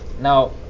now